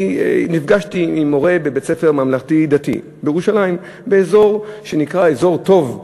נפגשתי עם מורה בבית-ספר ממלכתי-דתי בירושלים באזור שנקרא אזור טוב.